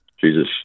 Jesus